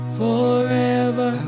forever